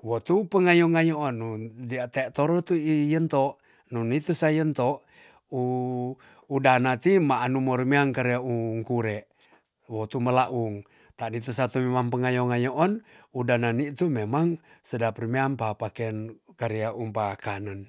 wo tu pengayo ngayoon nun dea te toro tui yento nun nitu sa yento u udana ti maan nuremean karea un kure. wo tu melaung tadi tu satu memang pengayo ngayoon udana nitu memang sedap remean papaken karea umpa kanen